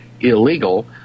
illegal